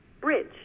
bridge